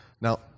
Now